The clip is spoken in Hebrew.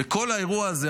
וכל האירוע הזה,